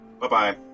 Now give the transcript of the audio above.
Bye-bye